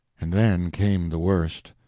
and then came the worst.